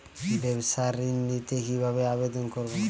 ব্যাবসা ঋণ নিতে কিভাবে আবেদন করব?